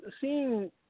seeing